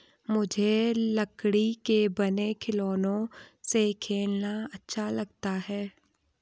मुझे लकड़ी के बने खिलौनों से खेलना अच्छा लगता है